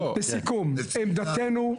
לסיכום, עמדתנו,